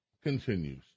Continues